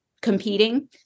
competing